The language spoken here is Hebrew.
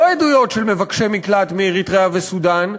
לא עדויות של מבקשי מקלט מאריתריאה וסודאן,